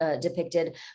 depicted